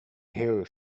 hare